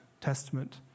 Testament